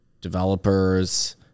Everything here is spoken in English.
developers